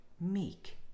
meek